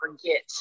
forget